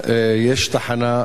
יש תחנה,